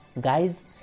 guys